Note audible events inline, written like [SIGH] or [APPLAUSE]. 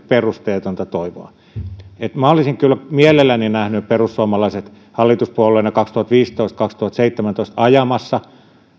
[UNINTELLIGIBLE] perusteetonta toivoa minä olisin kyllä mielelläni nähnyt perussuomalaiset joka oli hallituspuolueena kaksituhattaviisitoista viiva kaksituhattaseitsemäntoista ajamassa